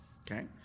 Okay